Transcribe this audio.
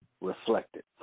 reflected